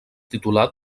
titular